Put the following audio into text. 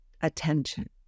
attention